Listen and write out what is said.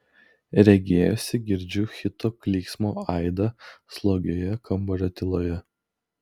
regėjosi girdžiu hito klyksmo aidą slogioje kambario tyloje